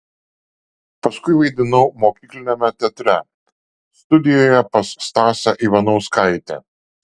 paskui vaidinau mokykliniame teatre studijoje pas stasę ivanauskaitę